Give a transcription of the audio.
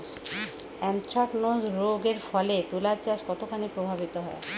Anthracnose রোগ এর ফলে তুলাচাষ কতখানি প্রভাবিত হয়?